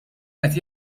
qed